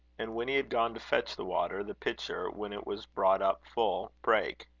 and when he had gone to fetch the water, the pitcher, when it was brought up full, brake.